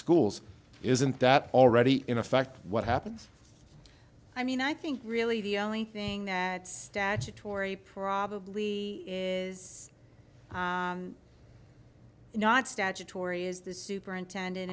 schools isn't that already in effect what happens i mean i think really the only thing that statutory probably not statutory is the superintendent